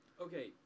Okay